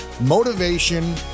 Motivation